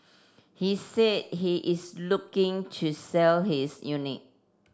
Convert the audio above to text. he said he is looking to sell his unit